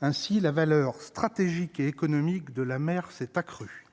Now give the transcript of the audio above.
ainsi la valeur stratégique et économique de la mer s'est accrue